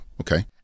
okay